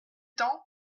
temps